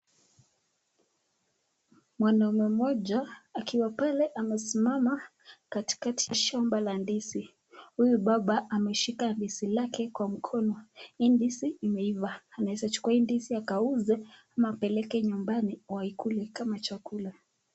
Mwanamume mmoja akiwa pale amesimama katikati ya shamba la ndizi. Huyu baba ameshika ndizi lake kwa mkono. Hii ndizi imeiva. Anaweza chukua hii ndizi akauze ama apeleke nyumbani waikule kama chakula.